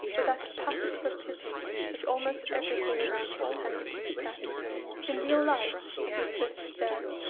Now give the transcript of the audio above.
with that capacity for pity which almost everything around him tended to suppress in real life, if he exists there,